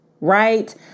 right